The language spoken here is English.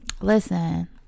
Listen